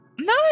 No